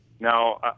Now